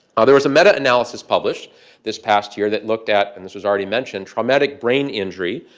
ah there was a meta analysis published this past year that looked at and this was already mentioned traumatic brain injury